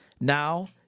Now